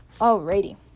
Alrighty